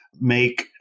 make